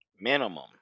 Minimum